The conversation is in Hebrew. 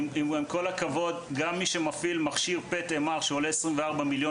מי שמפעיל מכשיר PET MR שעולה 24 מיליון